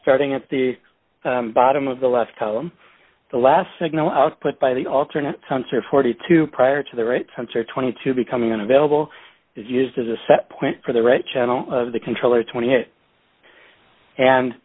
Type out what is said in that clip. starting at the bottom of the left column the last signal output by the alternate sensor forty two prior to the right sensor twenty two becoming available is used as a set point for the right channel of the controller twenty it and